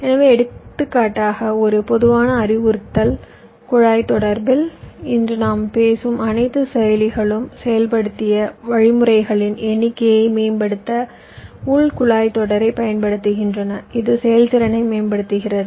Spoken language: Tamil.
எனவே எடுத்துக்காட்டாக ஒரு பொதுவான அறிவுறுத்தல் குழாய்த் தொடர்பில் இன்று நாம் பேசும் அனைத்து செயலிகளும் செயல்படுத்திய வழிமுறைகளின் எண்ணிக்கையை மேம்படுத்த உள் குழாய்த் தொடரைப் பயன்படுத்துகின்றன இது செயல்திறனை மேம்படுத்துகிறது